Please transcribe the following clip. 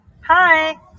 hi